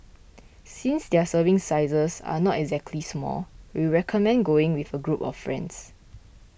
since their serving sizes are not exactly small we recommend going with a group of friends